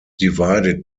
divided